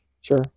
Sure